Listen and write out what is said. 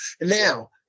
Now